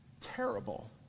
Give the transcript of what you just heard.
terrible